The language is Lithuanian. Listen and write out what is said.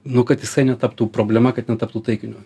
nu kad jisai netaptų problema kad netaptų taikiniu